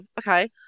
okay